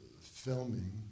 filming